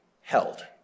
held